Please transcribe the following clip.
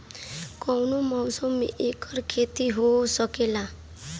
कवनो मौसम में एकर खेती हो सकेला